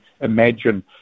Imagine